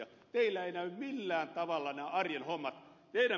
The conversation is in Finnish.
teillä eivät näy millään tavalla nämä arjen hommat